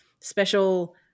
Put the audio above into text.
special